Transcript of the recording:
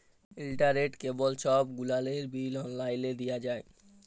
ইলটারলেট, কেবল ছব গুলালের বিল অললাইলে দিঁয়া যায়